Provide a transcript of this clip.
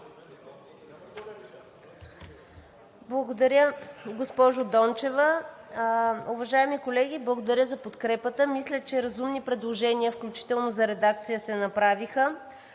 Благодаря, госпожо Дончева. Уважаеми колеги, благодаря за подкрепата. Мисля, че разумни предложения, включително за редакция, се направиха.